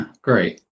Great